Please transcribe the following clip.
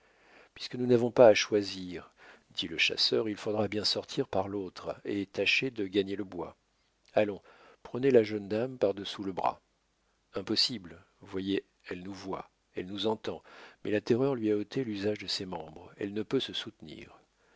puisque nous n'avons pas à choisir dit le chasseur il faudra bien sortir par l'autre et tâcher de gagner le bois allons prenez la jeune dame par-dessous le bras impossible voyez elle nous voit elle nous entend mais la terreur lui a ôté l'usage de ses membres elle ne peut se soutenir